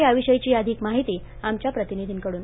याविषयीची अधिक माहिती आमच्या प्रतिनिधींकडून